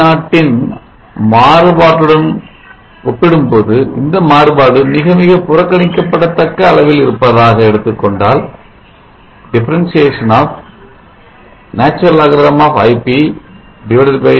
I0 ன் மாறுபட்டுடன் ஒப்பிடும் பொழுது இந்த மாறுபாடு மிகமிக புறக்கணிக்கப்படத்தக்க அளவில் இருப்பதாக எடுத்துக் கொண்டால் ddT 0